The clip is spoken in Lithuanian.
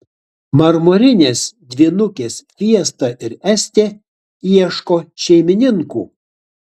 marmurinės dvynukės fiesta ir estė ieško šeimininkų